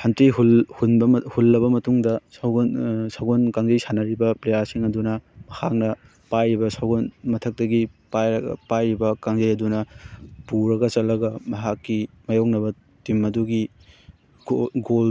ꯍꯟꯇ꯭ꯔꯦ ꯍꯨꯜꯂꯕ ꯃꯇꯨꯡꯗ ꯁꯒꯣꯟ ꯀꯥꯡꯖꯩ ꯁꯥꯟꯅꯔꯤꯕ ꯄ꯭ꯂꯦꯌꯥꯔꯁꯤꯡ ꯑꯗꯨꯅ ꯃꯍꯥꯛꯅ ꯄꯥꯏꯔꯤꯕ ꯁꯒꯣꯜ ꯃꯊꯛꯇꯒꯤ ꯄꯥꯏꯔꯒ ꯄꯥꯏꯔꯤꯕ ꯀꯥꯡꯖꯩ ꯑꯗꯨꯅ ꯄꯨꯔꯒ ꯆꯠꯂꯒ ꯃꯍꯥꯛꯀꯤ ꯃꯥꯏꯌꯣꯛꯅꯕ ꯇꯤꯝ ꯑꯗꯨꯒꯤ ꯒꯣꯜ